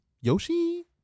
Yoshi